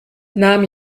nahm